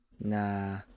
Nah